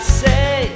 say